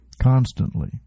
constantly